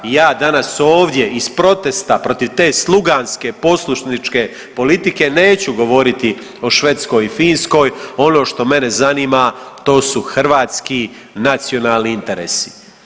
I ja danas ovdje iz protesta protiv te sluganske, poslušničke politike neću govoriti o Švedskoj i Finskoj, ono što mene zanima to su hrvatski nacionalni interesi.